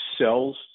sells